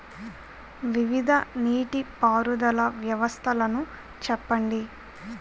వివిధ నీటి పారుదల వ్యవస్థలను చెప్పండి?